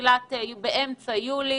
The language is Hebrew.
באמצע יולי.